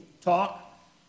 talk